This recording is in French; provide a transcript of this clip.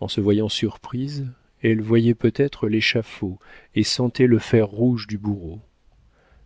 en se voyant surprise elle voyait peut-être l'échafaud et sentait le fer rouge du bourreau